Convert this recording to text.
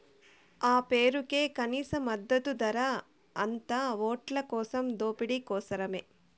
ఆ పేరుకే కనీస మద్దతు ధర, అంతా ఓట్లకోసం దోపిడీ కోసరమే